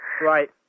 Right